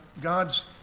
God's